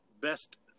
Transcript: best